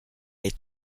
les